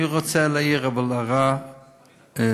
אני רוצה, אבל, להעיר הערה צדדית.